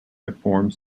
deformed